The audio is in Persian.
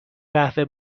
قهوه